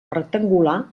rectangular